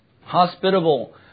Hospitable